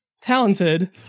talented